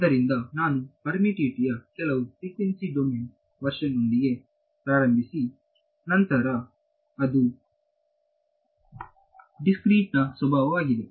ಆದ್ದರಿಂದ ನಾನು ಪರ್ಮಿಟಿವಿಟಿಯ ಕೆಲವು ಫ್ರಿಕ್ವೆನ್ಸಿ ಡೊಮೇನ್ ವರ್ಷನ್ ಒಂದಿಗೆ ಪ್ರಾರಂಭಿಸಿದೆ ಅದು ಡಿಸ್ಪರ್ಸ್ ನ ಸ್ವಭಾವವಾಗಿದೆ